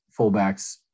fullbacks